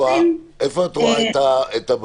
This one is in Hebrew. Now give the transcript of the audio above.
איפה את רואה את הבעיות?